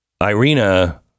Irina